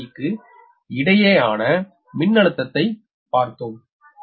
முன்பாக நாம் VbcVca and Vab ஆகிய கம்பிகளுக்கு இடையேயான மின்னழுத்தத்தை பார்த்தோம்